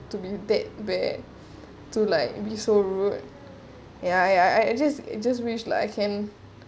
to be that where to like be so rude ya ya I I just I just wish like I can